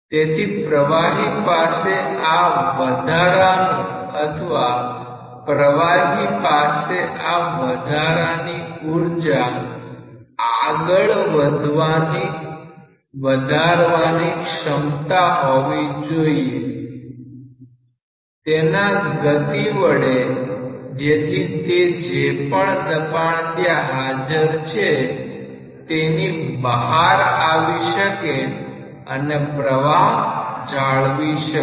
તેથી પ્રવાહી પાસે આ વધારાનું અથવા પ્રવાહી પાસે આ વધારાની ઊર્જા આગળ વધારવાની ક્ષમતા હોવી જોઈએ તેના ગતિ વડે જેથી તે જે પણ દબાણ ત્યાં હાજર છે તેની બહાર આવી શકે અને પ્રવાહ જાળવી શકે